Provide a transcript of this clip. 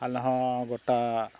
ᱟᱞᱮᱦᱚᱸ ᱜᱚᱴᱟ